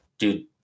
Dude